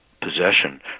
possession